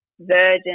virgin